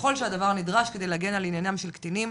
ככל שהדבר נדרש כדי להגן על עניינים של קטינים,